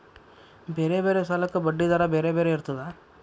ಬೇರೆ ಬೇರೆ ಸಾಲಕ್ಕ ಬಡ್ಡಿ ದರಾ ಬೇರೆ ಬೇರೆ ಇರ್ತದಾ?